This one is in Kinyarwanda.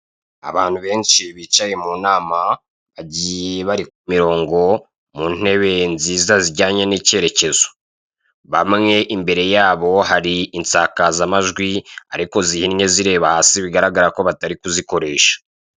Abantu benshi bicaye mu nama, bagiye bari ku murongo, mu ntebe nziza zijyanye n'icyerekezo. Bamwe imbere yabo hari insakazamajwi ariko zihinnye zireba hasi, bigaragara ko batari kuzikoresha.